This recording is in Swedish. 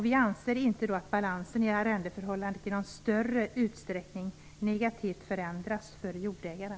Vi anser inte att balansen i arrendeförhållandet förändras negativt i någon större utsträckning för jordägaren.